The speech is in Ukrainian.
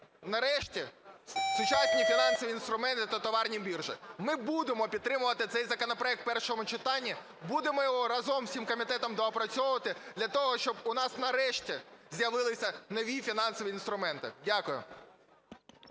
нарешті, сучасні фінансові інструменти та товарні біржі. Ми будемо підтримувати цей законопроект в першому читанні. Будемо його разом всім комітетом доопрацьовувати для того, щоб у нас, нарешті, з'явилися нові фінансові інструменти. Дякую.